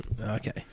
Okay